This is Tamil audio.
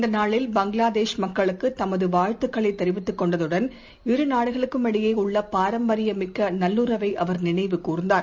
இந்தநாளில் பங்களாதேஷ் மக்களுக்குதமதுவாழ்த்துக்களைதெரிவித்துக்கொண்டதுடன் இரு நாடுகளுக்குமிடையேஉள்ளபாரம்பரியமிக்கநல்லுறவைஅவர் நினைவு கூர்ந்தார்